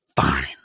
fine